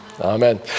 Amen